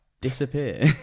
disappear